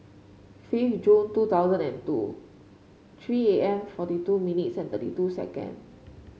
fifth June two thousand and two three A M forty two minutes and thirty two second